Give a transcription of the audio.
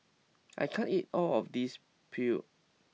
I can't eat all of this Pho